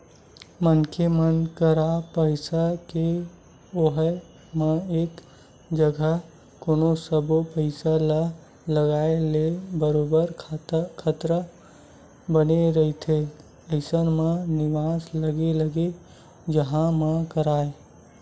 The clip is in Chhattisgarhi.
मनखे मन करा पइसा के होय म एक जघा कोनो सब्बो पइसा ल लगाए ले बरोबर खतरा बने रहिथे अइसन म निवेस अलगे अलगे जघा म करय